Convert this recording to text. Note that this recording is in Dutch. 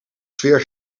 sfeer